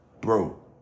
bro